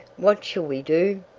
what shall we do?